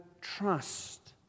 trust